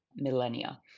millennia